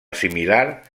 similar